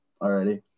already